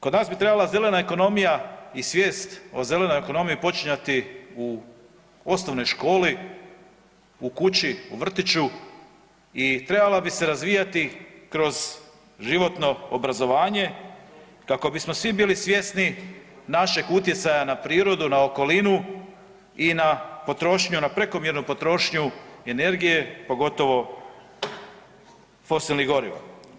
Kod nas bi trebala zelena ekonomija i svijest o zelenoj ekonomiji počinjati u osnovnoj školi, u kući, u vrtiću i trebala bi se razvijati kroz životno obrazovanje kako bismo svi bili svjesni našeg utjecaja na prirodu, na okolinu i na potrošnju, na prekomjernu potrošnju energije, pogotovo fosilnih goriva.